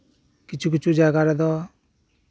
ᱠᱤᱪᱷᱩ ᱠᱤᱪᱷᱩ ᱡᱟᱭᱜᱟ ᱨᱮᱫᱚ